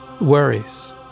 worries